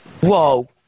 Whoa